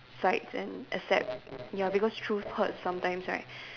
sights and accept ya because truth hurts sometime right